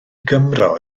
gymro